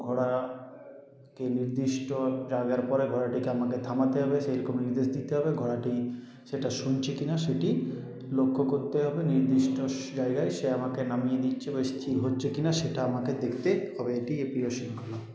ঘোড়াকে নির্দিষ্ট জায়গার পরে ঘোড়াটিকে আমাকে থামাতে হবে সেইরকম নির্দেশ দিতে হবে ঘোড়াটি সেটা শুনছে কিনা সেটি লক্ষ করতে হবে নির্দিষ্ট জায়গায় সে আমাকে নামিয়ে দিচ্ছে বা স্থির হচ্ছে কি না সেটাও আমাকে দেখতে হবে এটি প্রিয় শৃঙ্খলা